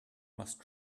must